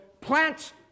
plants